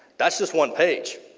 that's just one page.